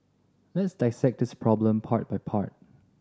let's dissect this problem part by part